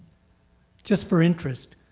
just for interest,